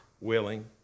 willing